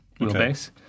wheelbase